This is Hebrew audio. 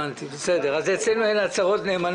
חבל שאנחנו לא עובדים במלוא